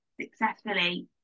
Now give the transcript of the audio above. successfully